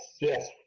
yes